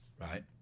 right